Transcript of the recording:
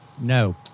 no